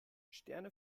sterne